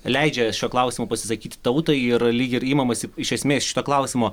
leidžia šiuo klausimu pasisakyti tautai ir lyg ir imamasi iš esmės šito klausimo